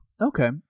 Okay